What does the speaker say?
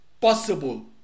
possible